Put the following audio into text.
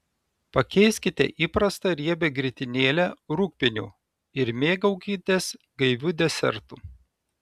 pakeiskite įprastą riebią grietinėlę rūgpieniu ir mėgaukitės gaiviu desertu